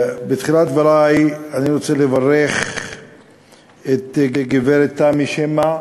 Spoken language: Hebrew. בתחילת דברי אני רוצה לברך את הגברת תמי שמע,